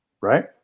Right